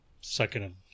second